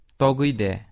toguide